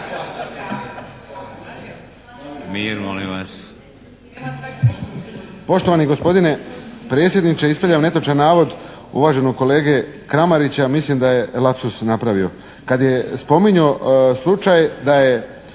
Mir, molim vas!